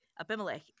Abimelech